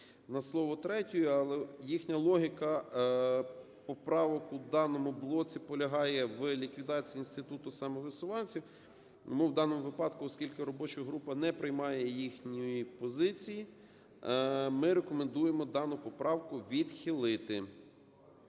на слово "третьої", але їхня логіка поправок у даному блоці полягає в ліквідації інституту самовисуванців. Тому в даному випадку, оскільки робоча група не приймає їхньої позиції, ми рекомендуємо дану поправку відхилити.